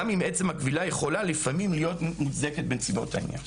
גם אם עצם הכבילה יכולה לפעמים להיות מוצדקת בנסיבות העניין.